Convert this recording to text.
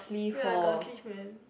ya I got a sleeve man